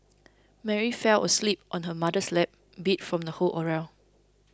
Mary fell asleep on her mother's lap beat from the whole